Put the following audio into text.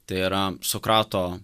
tai yra sokrato